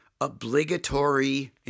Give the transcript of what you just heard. obligatory